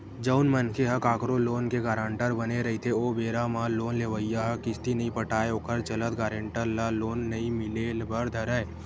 जउन मनखे ह कखरो लोन के गारंटर बने रहिथे ओ बेरा म लोन लेवइया ह किस्ती नइ पटाय ओखर चलत गारेंटर ल लोन नइ मिले बर धरय